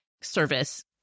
service